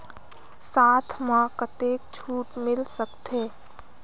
साथ म कतेक छूट मिल सकथे?